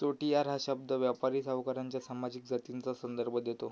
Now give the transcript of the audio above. चोटीयार हा शब्द व्यापारी सावकारांच्या सामाजिक जातींचा संदर्भ देतो